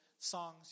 songs